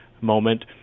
moment